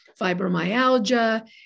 fibromyalgia